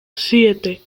siete